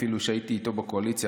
אפילו שהייתי איתו בקואליציה,